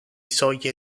soglie